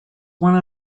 one